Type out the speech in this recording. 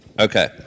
Okay